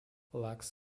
lux